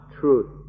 truth